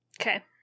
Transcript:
okay